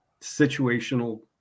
situational